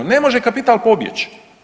Ne može kapital pobjeći.